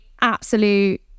absolute